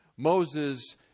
Moses